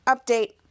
Update